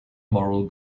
moral